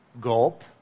gulp